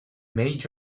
made